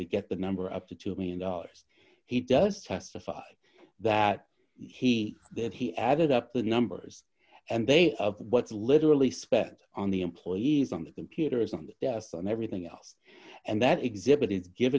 to get the number up to two million dollars he does testify that he that he added up the numbers and they of what's literally spent on the employee is on the computer isn't that and everything else and that exhibit is give